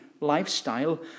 lifestyle